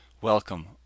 Welcome